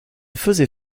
faisait